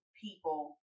people